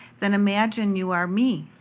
then, imagine you are me,